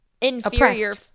inferior